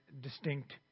distinct